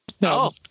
No